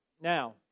now